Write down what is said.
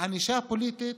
בענישה פוליטית,